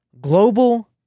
global